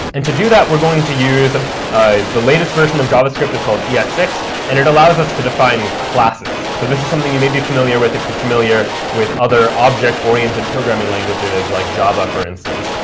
and to do that, we're going to use and the latest version of javascript that's called e s six, and it allows us to define classes. so this is something you may be familiar with if you're familiar with other object oriented programming languages, like java for instance.